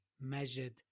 Measured